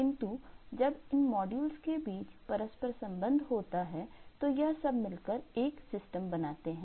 किंतु जब इन मॉड्यूल के बीच परस्पर संबंध होता है तो यह सब मिलकर एक सिस्टम बनाते हैं